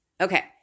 Okay